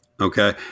Okay